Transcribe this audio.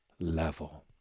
level